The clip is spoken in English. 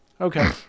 Okay